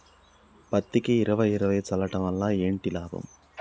పత్తికి ఇరవై ఇరవై చల్లడం వల్ల ఏంటి లాభం?